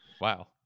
Wow